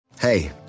Hey